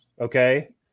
Okay